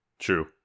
True